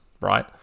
right